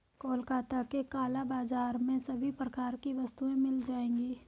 कोलकाता के काला बाजार में सभी प्रकार की वस्तुएं मिल जाएगी